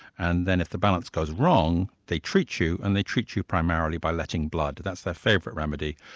and then if the balance goes wrong, they treat you, and they treat you primarily by letting blood, that's their favourite remedy.